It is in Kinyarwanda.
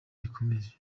rikomeje